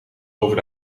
over